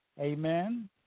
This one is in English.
Amen